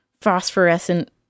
phosphorescent